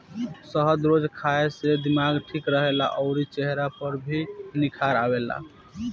शहद रोज खाए से दिमाग ठीक रहेला अउरी चेहरा पर भी निखार आवेला